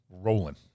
Rolling